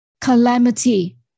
calamity